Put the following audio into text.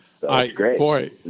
Boy